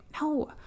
No